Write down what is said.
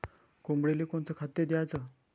कोंबडीले कोनच खाद्य द्याच?